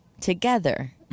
together